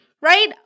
right